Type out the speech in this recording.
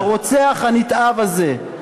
הרוצח הנתעב הזה.